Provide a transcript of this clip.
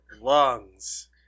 lungs